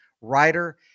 writer